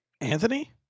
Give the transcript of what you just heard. Anthony